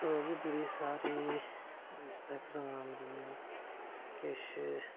औऱ बी बड़ी सारी एंग्जाम जियां किश